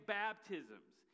baptisms